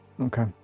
Okay